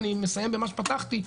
ואני מסיים במה שפתחתי,